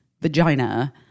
vagina